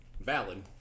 Valid